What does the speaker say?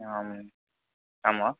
आम् आं वा